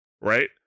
right